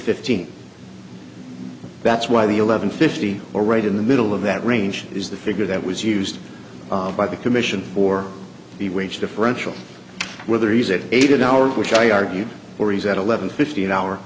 fifteen that's why the eleven fifty or right in the middle of that range is the figure that was used by the commission for the wage differential whether he's eighty eight an hour which i argued or he's at eleven fifty an hour